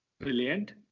Brilliant